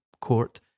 court